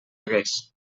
hagués